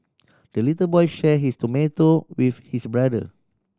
the little boy share his tomato with his brother